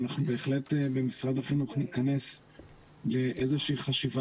אנחנו בהחלט במשרד החינוך נכנס לאיזושהי חשיבה